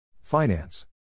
Finance